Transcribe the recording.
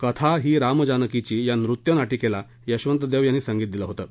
कथा ही रामजानकीची या नृत्य नाटिकेला यशवंत देवानी संगीत दिलं होतं